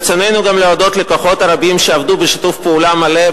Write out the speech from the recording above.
ברצוננו גם להודות לכוחות הרבים שעבדו בשיתוף פעולה מלא,